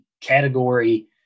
category